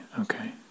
okay